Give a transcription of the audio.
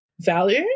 value